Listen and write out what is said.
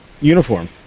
uniform